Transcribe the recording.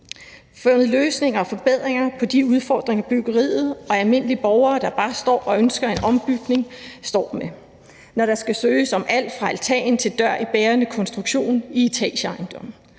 fundet løsninger på og forbedringer af de udfordringer, byggeriet og almindelige borgere, der bare står og ønsker en ombygning, står med, når der skal søges om alt fra altan til dør i bærende konstruktioner i etageejendomme.